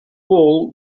wall